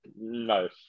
no